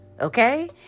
okay